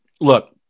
Look